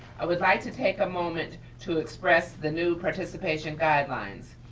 i would like to take a moment to express the new participation guidelines.